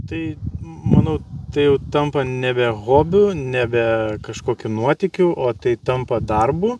tai manau tai jau tampa nebe hobiu nebe kažkokiu nuotykiu o tai tampa darbu